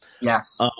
Yes